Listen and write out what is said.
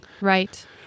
Right